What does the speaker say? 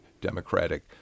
Democratic